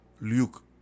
Luke